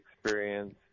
experience